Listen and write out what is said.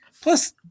plus